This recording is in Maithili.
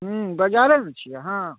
बजारेमे छी अहाँ